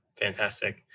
Fantastic